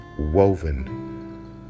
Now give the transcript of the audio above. woven